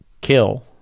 kill